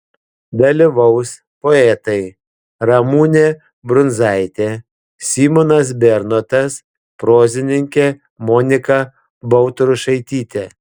dalyvaus poetai ramunė brundzaitė simonas bernotas prozininkė monika baltrušaitytė